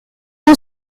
who